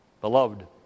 Beloved